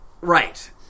Right